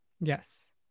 Yes